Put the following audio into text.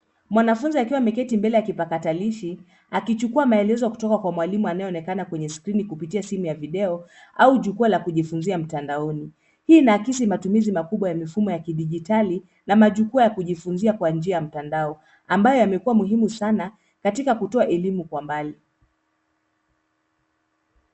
Mwanafunzi akiwa ameketi ndani ya kipakatalishi akichukua maelezo kutoka kwa mwalimu anayeonekana kwenye skrini kupitia simu ya video au jukwaa la kujifunzia mtandaoni. Hii inaakisi matumizi makubwa ya mifumo ya kidijitali na majukwaa ya kujifunzia kwa njia ya mtandao ambayo yamekuwa muhimu sana katika kutoa elimu kwa mbali.